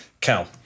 Cal